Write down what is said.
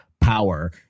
power